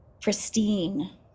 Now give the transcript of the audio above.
pristine